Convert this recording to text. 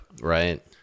right